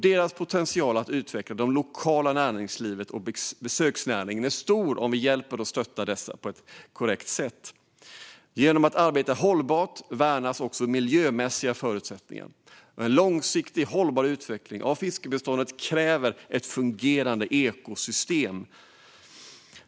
Deras potential att utveckla det lokala näringslivet och besöksnäringen är stor om vi hjälper och stöttar dem på ett korrekt sätt. Genom att man arbetar hållbart värnas också de miljömässiga förutsättningarna. En långsiktigt hållbar utveckling av fiskbeståndet kräver ett fungerande ekosystem.